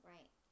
Right